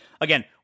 Again